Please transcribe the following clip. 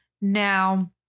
Now